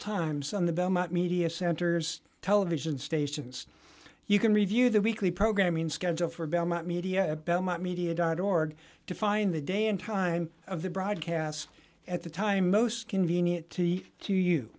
times on the belmont media centers television stations you can review the weekly programming schedule for belmont media at belmont media dot org to find the day and time of the broadcast at the time most convenient to you to you